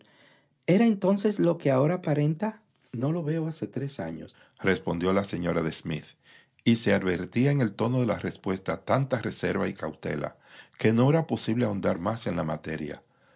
era entonces lo que ahora aparenta no lo veo hace tres añosrespondió la señora de smith y se advertía en el tono de la respuesta tanta reserva y cautela que no era posible ahondar más en la materia